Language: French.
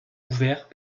ouverts